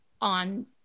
on